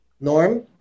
Norm